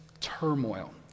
turmoil